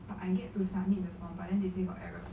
I need to submit